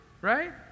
Right